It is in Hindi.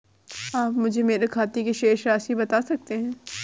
आप मुझे मेरे खाते की शेष राशि बता सकते हैं?